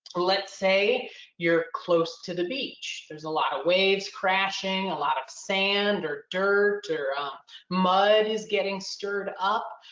let's say you're close to the beach, there's a lot of waves crashing, a lot of sand or dirt or mud is getting stirred up.